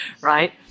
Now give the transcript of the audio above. right